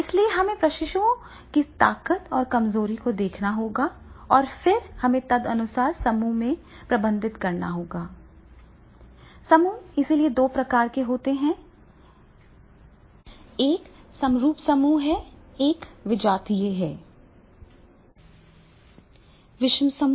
इसलिए हमें प्रशिक्षुओं की ताकत और कमजोरियों को देखना होगा और फिर हमें तदनुसार समूह की गतिशीलता को प्रबंधित करना होगा इसलिए 2 प्रकार के समूह हैं एक समरूप समूह है एक विजातीय है विषम समूह